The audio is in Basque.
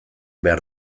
behar